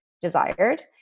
desired